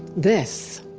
this,